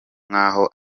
nkaho